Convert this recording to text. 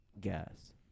Gas